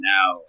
Now